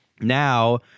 now